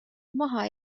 maha